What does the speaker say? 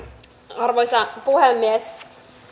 arvoisa puhemies